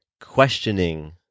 questioning